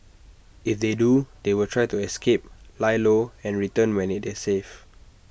if they do they will try to escape lie low and return when IT is safe